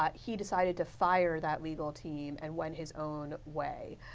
ah he decided to fire that legal team, and went his own way.